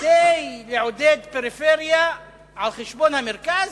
כדי לעודד פריפריה על-חשבון המרכז,